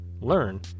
learn